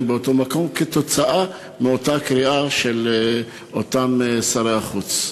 באותו מקום כתוצאה מאותה קריאה של אותם שרי החוץ.